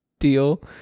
deal